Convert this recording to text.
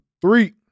three